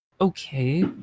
Okay